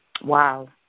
Wow